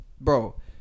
bro